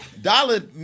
dollar